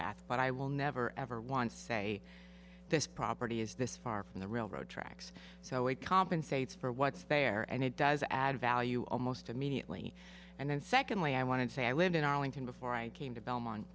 path but i will never ever want to say this property is this far from the railroad tracks so it compensates for what's fair and it does add value almost immediately and then secondly i wanted to say i lived in arlington before i came to belmont